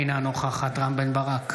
אינה נוכחת רם בן ברק,